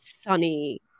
sunny